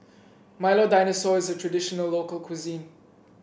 Milo Dinosaur is a traditional local cuisine